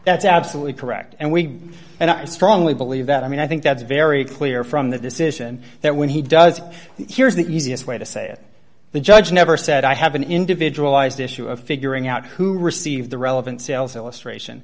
that's absolutely correct and we and i strongly believe that i mean i think that's very clear from the decision that when he does here's the easiest way to say it the judge never said i have an individual ised issue of figuring out who received the relevant sales illustration